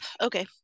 okay